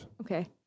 Okay